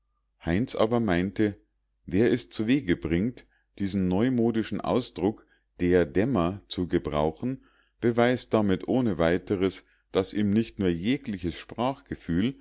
heinz aber meinte wer es zuwege bringt diesen neumodischen ausdruck der dämmer zu gebrauchen beweist damit ohne weiteres daß ihm nicht nur jegliches